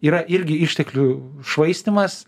yra irgi išteklių švaistymas